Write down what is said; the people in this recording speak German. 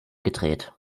gedreht